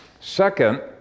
Second